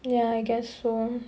ya I guess so